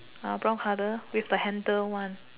brown colour with the handle one